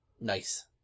Nice